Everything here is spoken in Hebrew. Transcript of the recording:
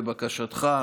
לבקשתך,